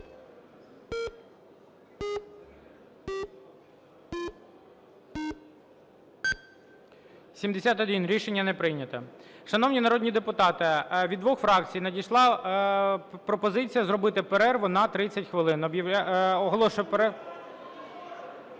За-71 Рішення не прийнято. Шановні народні депутати, від двох фракцій надійшла пропозиція зробити перерву на 30 хвилин. Оголошую перерву.